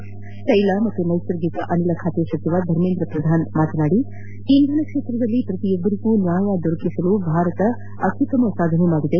ತ್ಯೆಲ ಹಾಗೂ ನೈಸರ್ಗಿಕ ಅನಿಲ ಸಚಿವ ಧರ್ಮೇಂದ್ರ ಪ್ರದಾನ್ ಮಾತನಾಡಿ ಇಂಧನ ಕ್ಷೇತ್ರದಲ್ಲಿ ಪ್ರತಿಯೊಬ್ಬರಿಗೂ ನ್ಹಾಯ ದೊರಕಿಸುವಲ್ಲಿ ಭಾರತ ಅತ್ಯುತ್ತಮ ಸಾಧನೆ ಮಾಡಿದೆ